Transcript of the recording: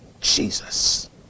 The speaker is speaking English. Jesus